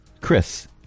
Chris